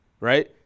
Right